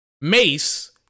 mace